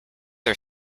are